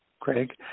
Craig